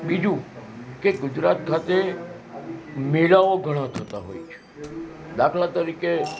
બીજું કે ગુજરાત ખાતે મેળાઓ ઘણા થતા હોય છે દાખલા તરીકે